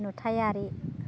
नुथायारि